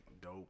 Dope